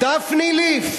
דפני ליף.